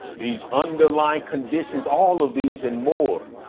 these underlying conditions, all of these in more,